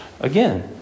Again